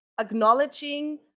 acknowledging